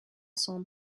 son